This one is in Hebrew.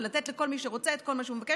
ולתת לכל מי שרוצה את כל מה שהוא מבקש,